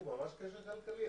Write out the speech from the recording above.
הוא ממש קשר כלכלי,